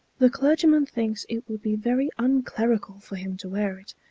the clergyman thinks it would be very unclerical for him to wear it,